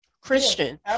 Christian